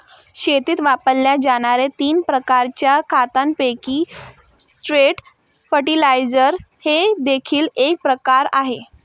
शेतीत वापरल्या जाणार्या तीन प्रकारच्या खतांपैकी स्ट्रेट फर्टिलाइजर हे देखील एक प्रकार आहे